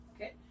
Okay